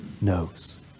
knows